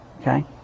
Okay